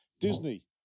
Disney